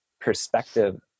perspective